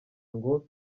ngo